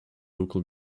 local